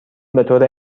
بطور